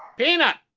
peanut!